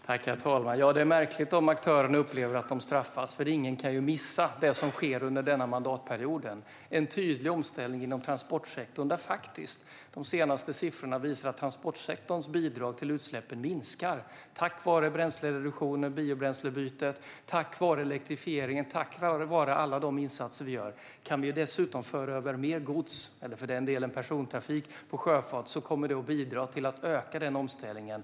Herr talman! Ja, det är märkligt om aktörerna upplever att de straffas. Ingen kan väl missa att det under den här mandatperioden sker en tydlig omställning inom transportsektorn. De senaste siffrorna visar att transportsektorns bidrag till utsläppen faktiskt minskar - tack vare bränslereduktionen och biobränslebytet, tack vare elektrifieringen, tack vare alla insatser vi gör. Om vi dessutom kan föra över mer gods eller för den delen persontrafik på sjöfart kommer det att bidra till att öka omställningen.